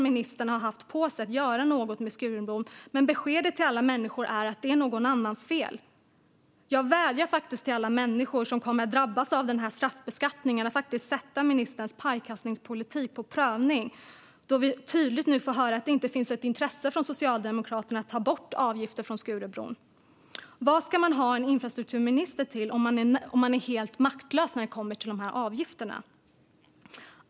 Ministern har haft åtta år på sig att göra något med Skurubron, men beskedet till alla människor är att det är någon annans fel. Jag vädjar till alla människor som kommer att drabbas av denna straffbeskattning att sätta ministerns pajkastningspolitik på prov då vi nu tydligt får höra att det inte finns något intresse från Socialdemokraterna av att ta bort avgifterna på Skurubron. Vad ska man ha en infrastrukturminister till om han är helt maktlös när det gäller dessa avgifter?